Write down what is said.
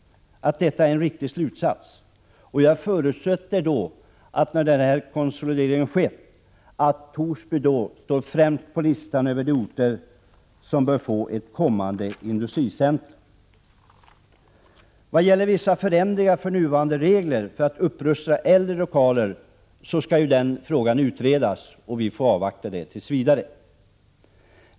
Det är möjligt att detta är en riktig slutsats, men jag förutsätter att, när denna konsolidering skett, Torsby står främst på listan över de orter som bör få industricentra. Frågan om vissa förändringar av nuvarande regler för att upprusta äldre lokaler skall utredas, varför vi får avvakta tills vidare.